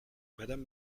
madame